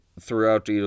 throughout